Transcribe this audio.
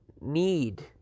need